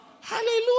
Hallelujah